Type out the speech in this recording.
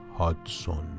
Hudson